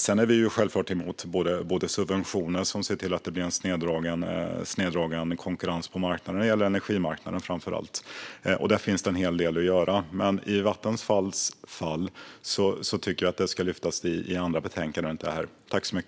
Sedan är vi självklart emot subventioner som snedvrider konkurrensen på marknaden. Det gäller framför allt energimarknaden. Där finns det en hel del att göra. Men i Vattenfalls fall tycker jag att frågan ska lyftas fram i andra betänkanden och inte här.